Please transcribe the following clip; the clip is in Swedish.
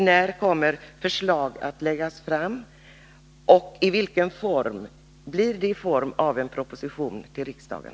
När kommer förslag att läggas fram och i vilken form — blir det i form av en proposition till riksdagen?